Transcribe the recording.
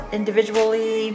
individually